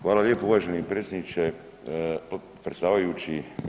Hvala lijepo uvaženi predsjedniče, predsjedavajući.